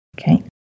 Okay